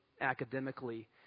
academically